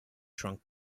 shrunk